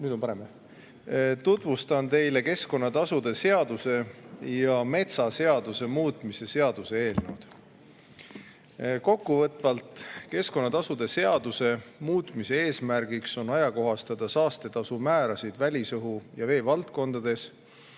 Tutvustan teile keskkonnatasude seaduse ja metsaseaduse muutmise seaduse eelnõu. Kokkuvõtvalt on keskkonnatasude seaduse muutmise [seaduse] eesmärk ajakohastada saastetasumäärasid välisõhu ja vee valdkonnas